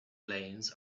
lanes